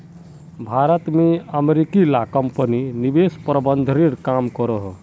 भारत में अमेरिकी ला कम्पनी निवेश प्रबंधनेर काम करोह